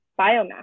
biomass